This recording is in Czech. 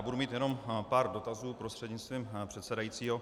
Budu mít jenom pár dotazů prostřednictvím předsedajícího.